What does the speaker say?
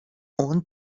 اون